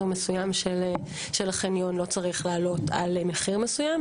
מסוים של חניון לא צריך לעלות על מחיר מסוים,